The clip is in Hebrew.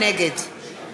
נגד